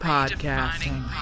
Podcasting